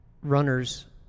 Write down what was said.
runners